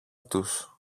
τους